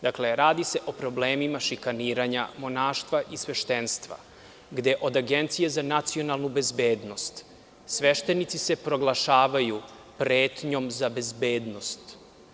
Dakle, radi se o problemima šikaniranja monaštva i sveštenstva, gde od Agencije za nacionalnu bezbednost sveštenici se proglašavaju pretnjom za bezbednost.